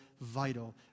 vital